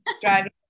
driving